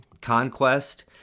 conquest